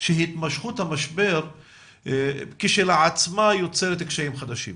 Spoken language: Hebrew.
שהתמשכות המשבר כשלעצמה יוצרת קשיים חדשים.